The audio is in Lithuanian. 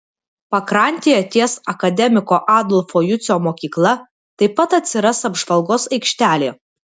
pakrantėje ties akademiko adolfo jucio mokykla taip pat atsiras apžvalgos aikštelė